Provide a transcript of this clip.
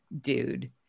dude